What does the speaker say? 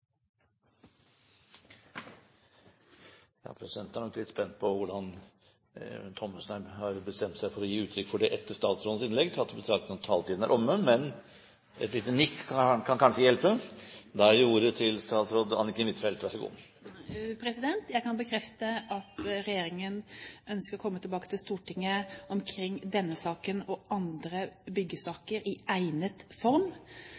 er nok litt spent på hvordan representanten Olemic Thommessen har bestemt seg for å gi uttrykk for det etter statsrådens innlegg, tatt i betraktning at taletiden er omme – men et lite nikk kan kanskje hjelpe. Jeg kan bekrefte at regjeringen i egnet form ønsker å komme tilbake til Stortinget når det gjelder denne saken og andre